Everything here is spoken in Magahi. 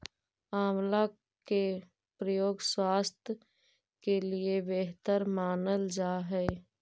आंवला के प्रयोग स्वास्थ्य के लिए बेहतर मानल जा हइ